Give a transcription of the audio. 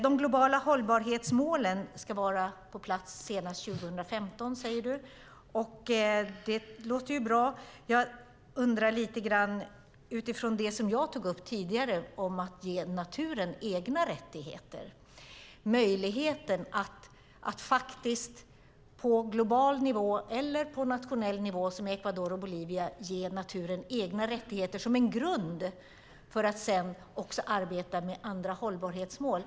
De globala hållbarhetsmålen ska vara på plats senast 2015 säger Robert Halef. Det låter bra. Jag tog upp tidigare att man kunde ge naturen egna rättigheter, möjligheter, på global nivå, eller på nationell nivå som i Ecuador och Bolivia. Det skulle vara en grund för att man sedan även kunde arbeta med andra hållbarhetsmål.